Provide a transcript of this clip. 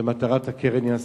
שמטרת הקרן היא הסתה.